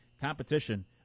competition